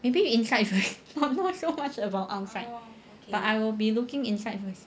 maybe inside first but not so much about outside but I will be looking inside first